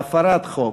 להפרת חוק,